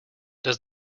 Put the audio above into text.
does